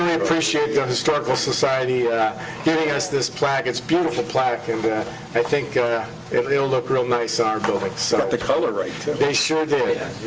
ah appreciate the historical society giving us this plaque. it's a beautiful plaque. and i think it'll it'll look real nice ah building. so got the color right, too. they sure did,